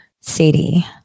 Sadie